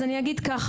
אז אני אגיד ככה,